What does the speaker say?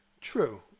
True